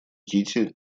кити